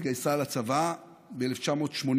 והתגייסה לצבא ב-1981,